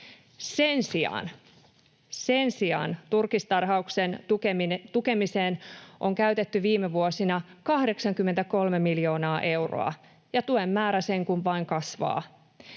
Sen sijaan turkistarhauksen tukemiseen on käytetty viime vuosina 83 miljoonaa euroa, ja tuen määrä sen kuin vain kasvaa.